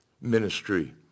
ministry